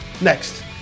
Next